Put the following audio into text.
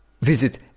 Visit